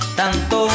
tanto